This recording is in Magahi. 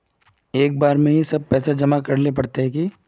एक बार में ही सब पैसा जमा करले पड़ते की?